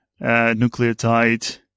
nucleotide